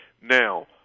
now